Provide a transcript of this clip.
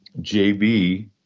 JB